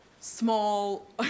small